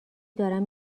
دارن